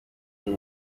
buri